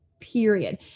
period